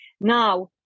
Now